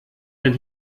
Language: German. denn